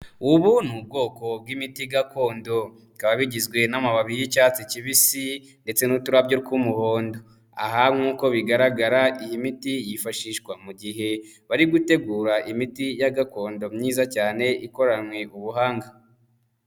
Ubu ni ubwoko bw'imiti gakondo, bikaba bigizwe n'amababi y'icyatsi kibisi, ndetse n'uturabyo tw'umuhondo, aha nk'uko bigaragara iyi miti yifashishwa mu gihe bari gutegura imiti ya gakondo myiza cyane ikoranwe ubuhanga.